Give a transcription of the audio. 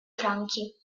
franchi